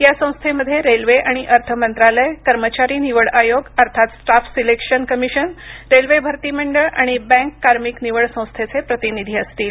या संस्थेमध्ये रेल्वे आणि अर्थ मंत्रालय कर्मचारी निवड आयोग अर्थात स्टाफ सिलेक्शन कमिशन रेल्वे भरती मंडळ आणि बँक कार्मिक निवड संस्थेचे प्रतिनिधी असतील